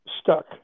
stuck